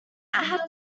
had